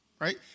right